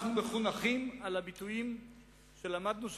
אנחנו מחונכים על הביטויים שלמדנו שם,